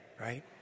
right